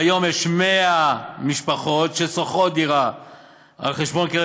כיום יש 100 משפחות ששוכרות דירה על חשבון קרן